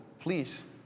please